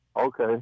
okay